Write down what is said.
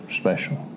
special